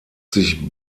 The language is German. sich